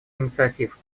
инициатив